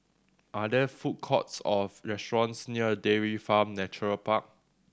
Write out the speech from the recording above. are there food courts or restaurants near Dairy Farm Nature Park